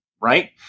right